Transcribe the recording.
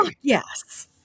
Yes